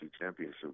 Championship